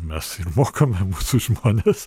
mes ir mokome mūsų žmones